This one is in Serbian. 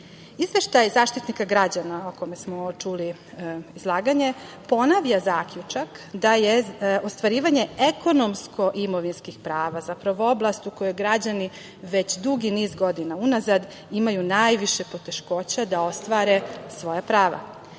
Zaštitnika građana o kome smo čuli izlaganje ponavlja zaključak da je ostvarivanje ekonomsko-imovinskih prava zapravo oblast u kojoj građani već dugi niz godina unazad imaju najviše poteškoća da ostvare svoja prava. Iz